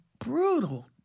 Brutal